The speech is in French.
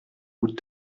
goutte